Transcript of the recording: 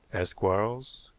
asked quarles.